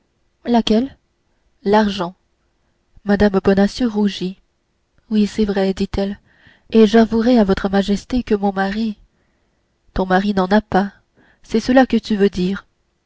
laquelle l'argent mme bonacieux rougit oui c'est vrai dit-elle et j'avouerai à votre majesté que mon mari ton mari n'en a pas c'est cela que tu veux dire